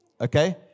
okay